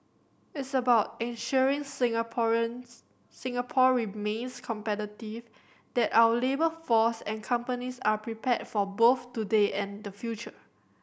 it's about ensuring Singaporeans Singapore remains competitive that our labour force and companies are prepared for both today and the future